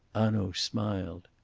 hanaud smiled.